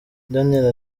daniel